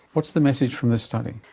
what's the message from this study?